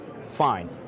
Fine